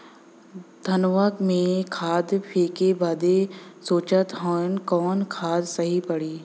धनवा में खाद फेंके बदे सोचत हैन कवन खाद सही पड़े?